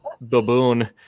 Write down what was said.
baboon